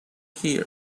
here